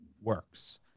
works